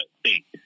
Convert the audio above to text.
state